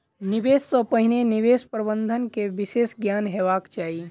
निवेश सॅ पहिने निवेश प्रबंधन के विशेष ज्ञान हेबाक चाही